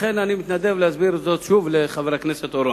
לכן אני מתנדב להסביר זאת שוב לחבר הכנסת אורון.